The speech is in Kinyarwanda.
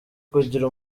kugira